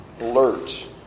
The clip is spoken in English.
alert